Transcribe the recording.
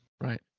Right